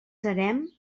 serem